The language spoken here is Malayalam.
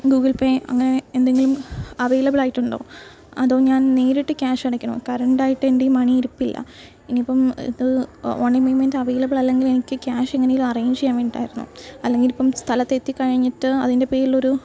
ഗൂഗിള് പേ അങ്ങനെ എന്തെങ്കിലും അവൈലബിളായിട്ടുണ്ടോ അതോ ഞാന് നേരിട്ട് ക്യാഷ് അടയ്ക്കണോ കറണ്ടായിട്ട് എന്റ് കയ്യിൽ മണി ഇരിപ്പില്ല ഇനി ഇപ്പം ഇത് ഓ ഓണ്ലൈന് പേയ്മെന്റ് അവൈലബിൾ അല്ലെങ്കിൽ എനിക്ക് ക്യാഷ് എങ്ങനെ എങ്കിലും അറേഞ്ച് ചെയ്യാന് വേണ്ടിയിട്ടായിരുന്നു അല്ലെങ്കിൽ ഇപ്പം സ്ഥലത്തെത്തി കഴിഞ്ഞിട്ട് അതിന്റെ പേരിലൊരു